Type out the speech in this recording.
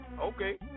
Okay